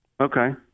okay